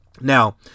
Now